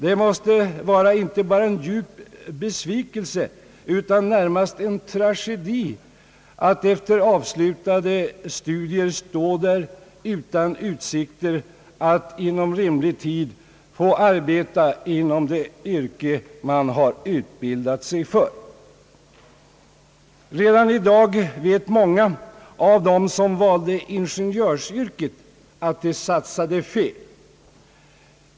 Det måste kännas inte bara som en djup besvikelse utan närmast som en tragedi att efter avslutade studier stå där utan utsikter att inom rimlig tid få arbeta i det yrke man har utbildat sig för. Redan i dag vet många av dem som valde ingenjörsyrket att de satsade fel.